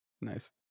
Nice